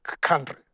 country